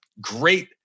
great